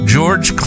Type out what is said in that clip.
George